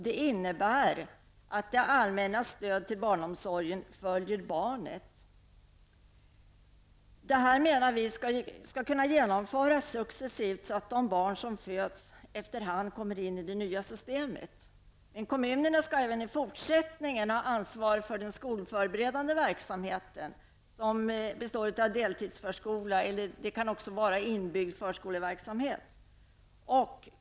Det innebär att det allmännas stöd till barnomsorgen följer barnet. Vi menar att detta skall kunna genomföras successivt, så att de barn som föds efter hand kommer in i det nya systemet. Kommunerna skall även i fortsättningen ha ansvaret för den skolförberedande verksamheten, som består av deltidsförskola och även av inbyggd förskoleverksamhet.